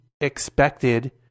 expected